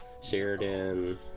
Sheridan